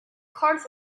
cards